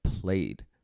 played